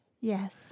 Yes